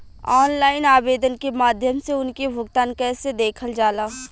Online आवेदन के माध्यम से उनके भुगतान कैसे देखल जाला?